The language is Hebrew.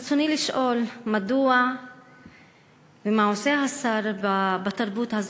ברצוני לשאול: מדוע ומה עושה השר בתרבות הזאת,